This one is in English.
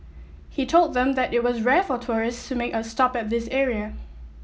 he told them that it was rare for tourist to make a stop at this area